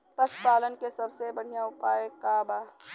पशु पालन के सबसे बढ़ियां उपाय का बा?